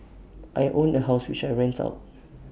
I own A house which I rent out